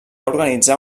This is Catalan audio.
organitzar